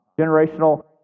Generational